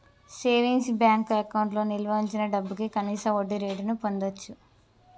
savings bank అకౌంట్లో నిల్వ వుంచిన డబ్భుకి కనీస వడ్డీరేటును పొందచ్చు